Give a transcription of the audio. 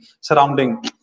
surrounding